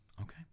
Okay